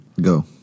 Go